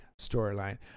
storyline